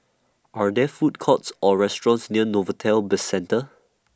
Are There Food Courts Or restaurants near Novelty Bizcentre